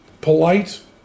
polite